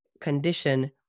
condition